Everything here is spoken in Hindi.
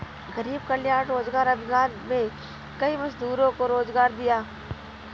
गरीब कल्याण रोजगार अभियान में कई मजदूरों को रोजगार दिया